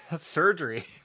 surgery